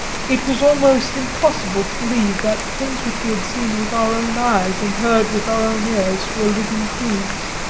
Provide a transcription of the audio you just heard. it was almost impossible to believe that the things which we had seen with our own eyes and heard with our own ears were living truths.